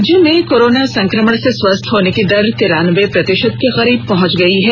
राज्य में कोरोना संकमण से स्वस्थ होने की दर तिरानबे प्रतिशत के करीग पहुंच गयी है